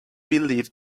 believe